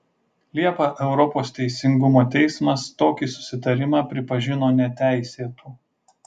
liepą europos teisingumo teismas tokį susitarimą pripažino neteisėtu